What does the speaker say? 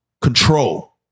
control